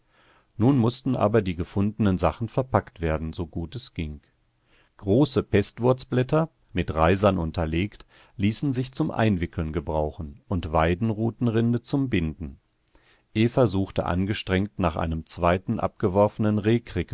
nun mußten aber die gefundenen sachen verpackt werden so gut es ging große pestwurzblätter mit reisern unterlegt ließen sich zum einwickeln gebrauchen und weidenrutenrinde zum binden eva suchte angestrengt nach einem zweiten abgeworfenen